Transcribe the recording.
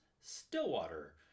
Stillwater